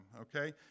okay